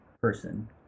person